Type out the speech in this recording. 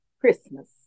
Christmas